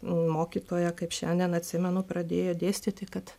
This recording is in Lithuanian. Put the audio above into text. mokytoja kaip šiandien atsimenu pradėjo dėstyti kad